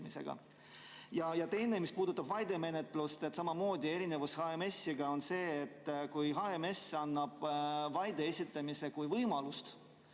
Ja teine, mis puudutab vaidemenetlust: samamoodi erinevus HMS-iga on see, et kui HMS annab vaide esitamise võimaluse,